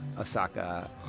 Osaka